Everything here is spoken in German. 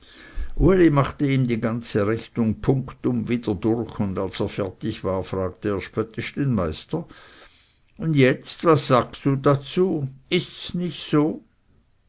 machte ihm die ganze rechnung punktum wieder durch und als er fertig war fragte er spöttisch den meister und jetzt was sagst du dazu ists nicht so